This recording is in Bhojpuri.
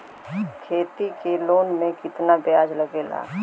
खेती के लोन में कितना ब्याज लगेला?